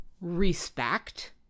respect